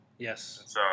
Yes